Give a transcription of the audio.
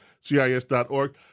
CIS.org